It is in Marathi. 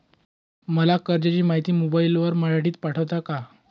मला कर्जाची माहिती मोबाईलवर मराठीत पाठवता का?